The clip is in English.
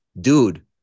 dude